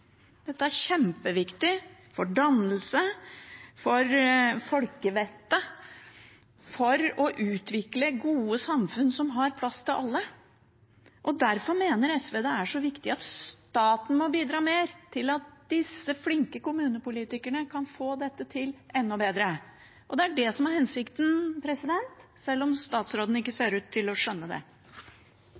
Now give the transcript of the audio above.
Dette er kjempeviktig for dannelse, for folkevettet, for å utvikle gode samfunn som har plass til alle. Derfor mener SV det er så viktig at staten må bidra mer til at disse flinke kommunepolitikerne kan få dette til enda bedre. Det er det som er hensikten, selv om statsråden ikke ser ut til å skjønne det.